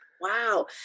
Wow